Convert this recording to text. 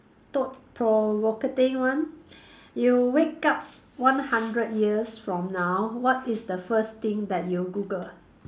thought provocating one you wake up one hundred years from now what is the first thing that you Google